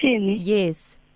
Yes